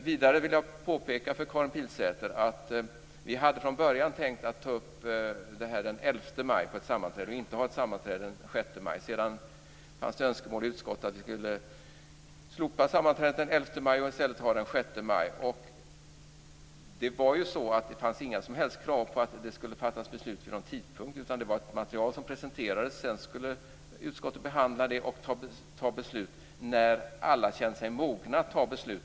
Vidare vill jag påpeka för Karin Pilsäter att vi från början hade tänkt ta upp detta den 11 maj på ett sammanträde och inte ha ett sammanträde den 6 maj. Sedan fanns det önskemål i utskottet att vi skulle slopa sammanträdet den 11 maj och i stället ha ett sammanträde den 6 maj. Det fanns inga som helst krav på att det skulle fattas beslut vid någon tidpunkt, utan det var ett material som presenterades. Sedan skulle utskottet behandla det och fatta beslut när alla kände sig mogna att fatta beslut.